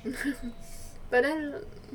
but then